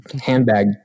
handbag